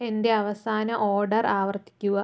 എന്റെ അവസാന ഓഡർ ആവർത്തിക്കുക